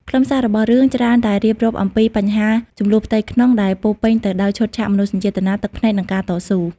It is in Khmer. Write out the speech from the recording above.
ខ្លឹមសាររបស់រឿងច្រើនតែរៀបរាប់អំពីបញ្ហាជម្លោះផ្ទៃក្នុងដែលពោរពេញទៅដោយឈុតឆាកមនោសញ្ចេតនា ទឹកភ្នែក និងការតស៊ូ។